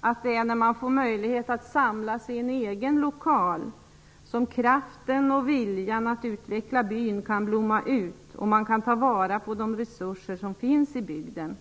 att det är när man får möjlighet att samlas i en egen lokal som kraften och viljan att utveckla byn kan blomma ut. Då kan man också ta vara på de resurser som finns i bygden.